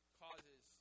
causes